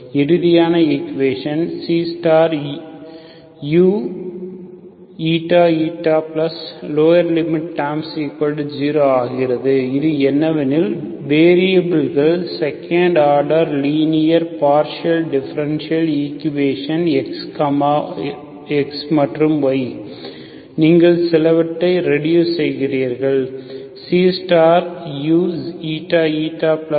இறுதியாக equation Cuηηlower order terms0 ஆகிறது இது என்னவெனில் வெரியபில்களில் second order linear partial differential equation x and y நீங்கள் சிலவற்றைக் ரெடுஸ் செய்யிறீர்கள் Cuηηlower order terms0